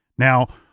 Now